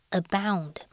abound